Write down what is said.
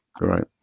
Right